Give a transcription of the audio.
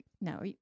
No